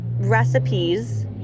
recipes